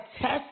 test